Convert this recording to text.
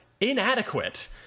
inadequate